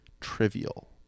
trivial